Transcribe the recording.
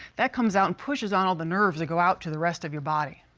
that comes out and pushes on the nerves that go out to the rest of your body.